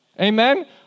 Amen